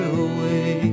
away